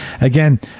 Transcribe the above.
again